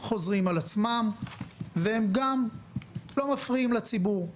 חוזרות על עצמן והן גם לא מפריעות לציבור,